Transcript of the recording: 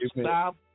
stop